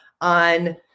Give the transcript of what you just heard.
on